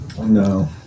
No